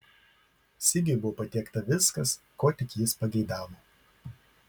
sigiui buvo patiekta viskas ko tik jis pageidavo